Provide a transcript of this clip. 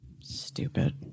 Stupid